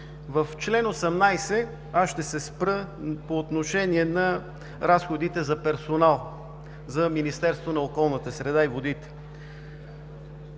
В чл. 18 ще се спра по отношение на разходите за персонал за Министерството на околната среда и водите.